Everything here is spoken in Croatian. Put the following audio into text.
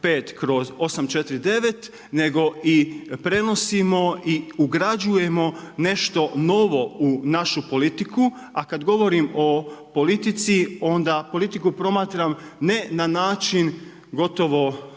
2015/849 nego i prenosimo i ugrađujemo nešto novo u našu politiku. A kad govorim o politici, onda politiku promatram ne na način gotovo